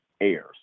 airs